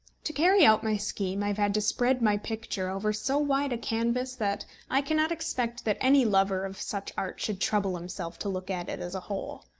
to carry out my scheme i have had to spread my picture over so wide a canvas that i cannot expect that any lover of such art should trouble himself to look at it as a whole.